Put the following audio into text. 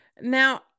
Now